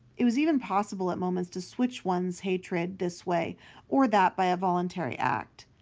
it was even possible, at moments, to switch one's hatred this way or that by a voluntary act.